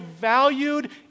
valued